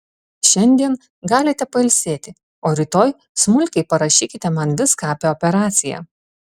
šiandien galite pailsėti o rytoj smulkiai parašykite man viską apie operaciją